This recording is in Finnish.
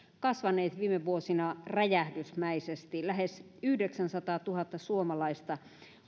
kasvaneet viime vuosina räjähdysmäisesti lähes yhdeksänsataatuhatta suomalaista